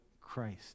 Christ